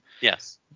Yes